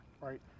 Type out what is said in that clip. right